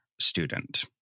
student